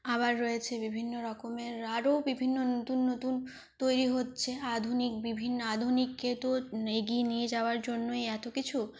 আবার রয়েছে বিভিন্নরকমের আরও বিভিন্ন নতুন নতুন তৈরি হচ্ছে আধুনিক বিভিন্ন আধুনিককে তো এগিয়ে নিয়ে যাওয়ার জন্যই এত কিছু